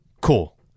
Cool